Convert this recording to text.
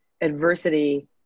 adversity